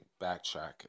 backtrack